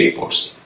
postt